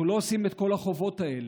אנחנו לא עושים את כל החובות האלה.